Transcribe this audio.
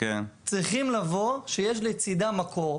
צריכים לבוא כשיש לצידם מקור.